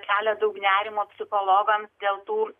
kelia daug nerimo psichologams dėl tų